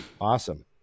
Awesome